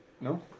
no